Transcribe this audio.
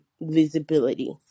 visibility